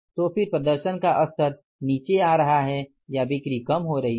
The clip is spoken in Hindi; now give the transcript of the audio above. तो फिर प्रदर्शन का स्तर नीचे आ रहा है बिक्री कम हो रही है